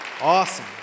Awesome